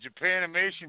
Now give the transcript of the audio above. Japanimation